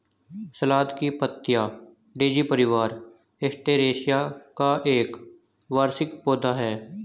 सलाद की पत्तियाँ डेज़ी परिवार, एस्टेरेसिया का एक वार्षिक पौधा है